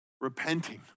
repenting